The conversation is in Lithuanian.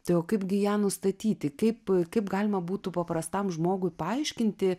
tai o kaipgi ją nustatyti kaip kaip galima būtų paprastam žmogui paaiškinti